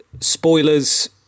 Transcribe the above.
spoilers